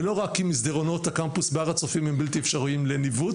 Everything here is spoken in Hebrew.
ולא רק עם מסדרונות הקמפוס בהר הצופים שהם בלתי אפשריים לניווט,